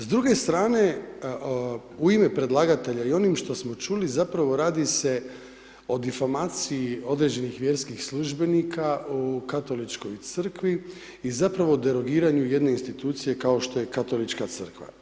S druge strane, u ime predlagatelja i onim što smo čuli, zapravo radi se o difamaciji određenih vjerskih službenika u Katoličkoj crkvi i zapravo derogiranju jedne institucije kao što je Katolička crkva.